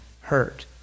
hurt